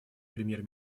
премьер